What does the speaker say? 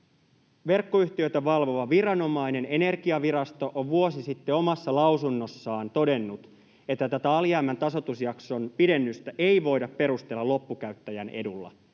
Verkkoyhtiöitä valvova viranomainen Energiavirasto on vuosi sitten omassa lausunnossaan todennut, että tätä alijäämän tasoitusjakson pidennystä ei voida perustella loppukäyttäjän edulla